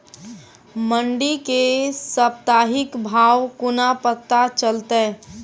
मंडी केँ साप्ताहिक भाव कोना पत्ता चलतै?